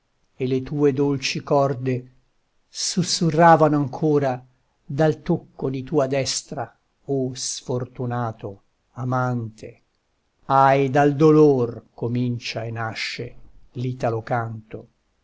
e le tue dolci corde susurravano ancora dal tocco di tua destra o sfortunato amante ahi dal dolor comincia e nasce l'italo canto